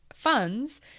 funds